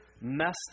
messed